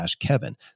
kevin